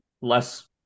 less